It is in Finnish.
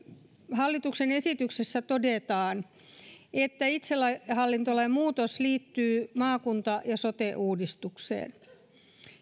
hallituksen esityksessä todetaan että itsehallintolain muutos liittyy maakunta ja sote uudistukseen